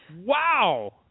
wow